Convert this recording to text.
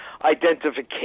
identification